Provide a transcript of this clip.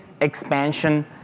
expansion